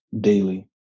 daily